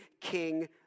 king